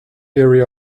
area